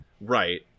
Right